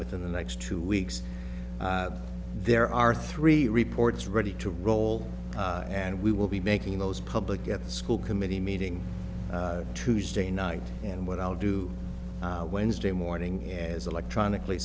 within the next two weeks there are three reports ready to roll and we will be making those public at the school committee meeting tuesday night and what i'll do wednesday morning is electronically